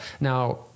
Now